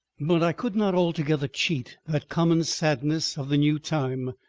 but i could not altogether cheat that common sadness of the new time,